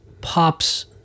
pops